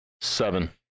Seven